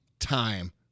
time